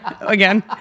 again